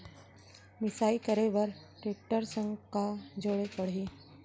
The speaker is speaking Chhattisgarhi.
मिसाई करे बर टेकटर संग का जोड़े पड़ही?